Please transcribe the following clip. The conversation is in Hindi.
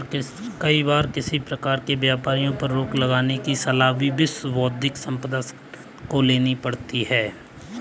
कई बार किसी प्रकार के व्यापारों पर रोक लगाने की सलाह भी विश्व बौद्धिक संपदा संगठन को लेनी पड़ती है